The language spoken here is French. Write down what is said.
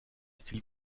style